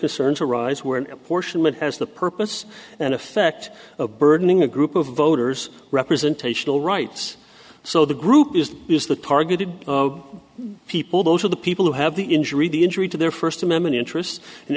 concerns arise where an apportionment has the purpose and effect of burdening a group of voters representational rights so the group is is the targeted people those are the people who have the injury the injury to their first amendment interests and